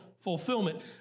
fulfillment